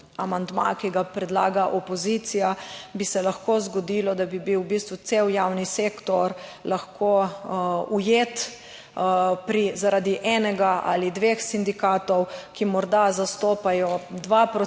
amandma, ki ga predlaga opozicija, bi se lahko zgodilo, da bi bil v bistvu cel javni sektor lahko ujet pri, zaradi enega ali dveh sindikatov, ki morda zastopajo 2 procenta